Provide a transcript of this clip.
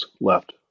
left